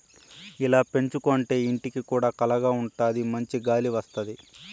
ఇలా పెంచుకోంటే ఇంటికి కూడా కళగా ఉంటాది మంచి గాలి వత్తది